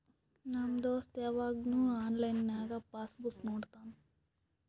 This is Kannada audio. ನಮ್ ದೋಸ್ತ ಯವಾಗ್ನು ಆನ್ಲೈನ್ನಾಗೆ ಪಾಸ್ ಬುಕ್ ನೋಡ್ತಾನ